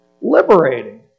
liberating